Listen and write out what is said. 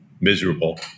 miserable